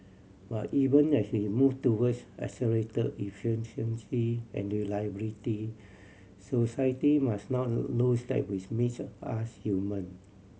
but even as we move towards accelerate efficiency and reliability society must not lose that which makes us human